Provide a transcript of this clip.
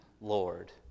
Lord